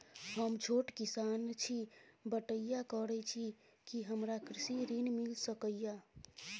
हम छोट किसान छी, बटईया करे छी कि हमरा कृषि ऋण मिल सके या?